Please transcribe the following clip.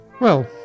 Well